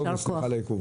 הישיבה נעולה.